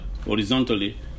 horizontally